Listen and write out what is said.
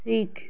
Sikh